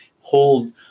hold